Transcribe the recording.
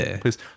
please